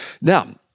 Now